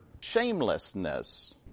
shamelessness